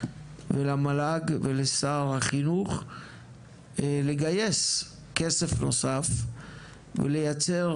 למל"ג ולשר החינוך לגייס כסף נוסף ולייצר